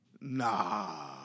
nah